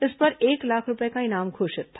इस पर एक लाख रूपये का इनाम घोषित था